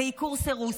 עיקור וסירוס.